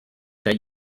that